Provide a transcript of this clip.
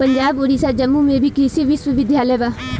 पंजाब, ओडिसा आ जम्मू में भी कृषि विश्वविद्यालय बा